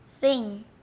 Thin